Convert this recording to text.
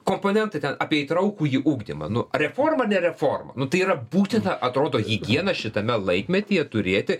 komponentai ten apie įtraukųjį ugdymą nu reforma ar ne reforma nu tai yra būtina atrodo higiena šitame laikmetyje turėti